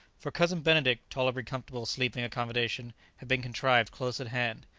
for cousin benedict tolerably comfortable sleeping accommodation had been contrived close at hand,